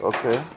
Okay